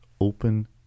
open